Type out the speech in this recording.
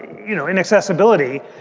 you know, inaccessibility.